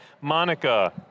Monica